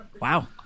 wow